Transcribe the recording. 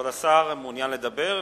כבוד השר, מעוניין לדבר?